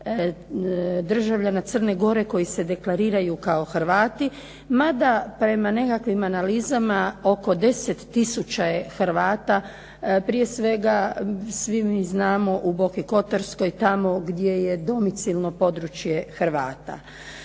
državljana Crne Gore koji se deklariraju kao Hrvati, mada prema nekakvim analizama oko 10 tisuća je Hrvata, prije svega, svi mi znamo u Boki Kotarskoj tamo gdje je domicilno područje Hrvata.